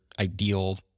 ideal